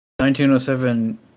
1907